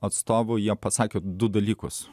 atstovų jie pasakė du dalykus